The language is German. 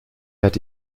hatte